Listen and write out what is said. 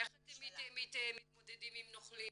איך אתם מתמודדים עם נוכלים?